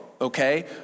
Okay